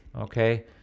Okay